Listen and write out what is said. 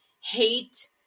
hate